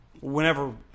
Whenever